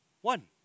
One